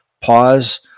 pause